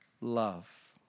love